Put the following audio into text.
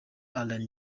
other